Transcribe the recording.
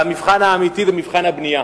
והמבחן האמיתי זה מבחן הבנייה.